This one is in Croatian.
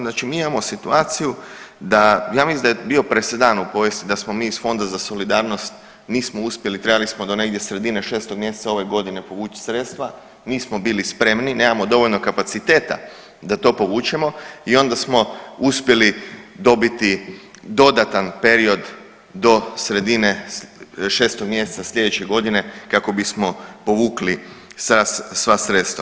Znači mi imamo situaciju da ja mislim da je bio presedan u povijesti da smo mi iz Fonda za solidarnost nismo uspjeli trebali smo negdje sredine 6. mjeseca ove godine povuć sredstva, nismo bili spremni nemamo dovoljno kapaciteta da to povučemo i onda smo uspjeli dobiti dodatan period do sredine 6. mjeseca sljedeće godine kako bismo povukli sva sredstva.